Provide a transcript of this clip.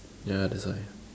ya that's why